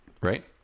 right